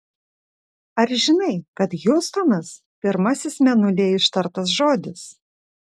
ar žinai kad hjustonas pirmasis mėnulyje ištartas žodis